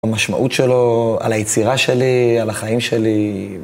המשמעות שלו על היצירה שלי, על החיים שלי.